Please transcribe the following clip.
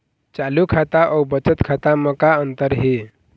चालू खाता अउ बचत खाता म का अंतर हे?